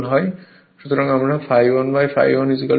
সুতরাং আমরা ∅1 ∅ 2 ∅2 ∅ 1 হবে